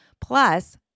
plus